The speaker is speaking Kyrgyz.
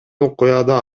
окуяда